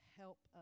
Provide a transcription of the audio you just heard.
help